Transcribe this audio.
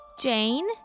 Jane